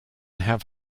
have